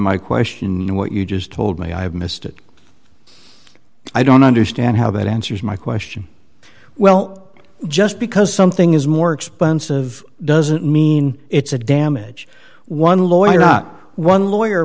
my question what you just told me i have missed it i don't understand how that answers my question well just because something is more expensive doesn't mean it's a damage one lawyer not one lawyer